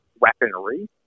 weaponry